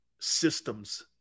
Systems